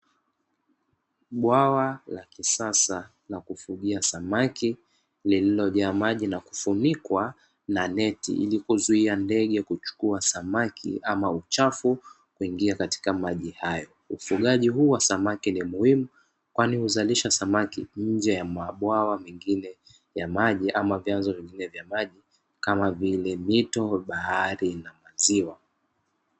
Bwawa la kisasa la kufugia samaki lililo jaa maji na kufunikwa na neti ili kuzuia ndege kuchukua samaki ama uchafu kuingia katika maji hayo, ufugaji huu wa samaki ni muhimu kwani huzalisha samaki nje ya mabwawa mengine ya maji ama vyanzo vingine vya maji kamavile; mito, bahari, na maziwa.